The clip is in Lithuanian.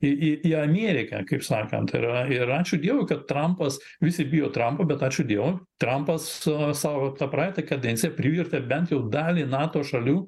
į į į amėrika kaip sakant ir yra ir ačiū dievui kad trampas visi bijo trampo bet ačiū dievui trampas su savo ta praeita kadencija privertė bent jau dalį nato šalių